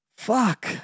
fuck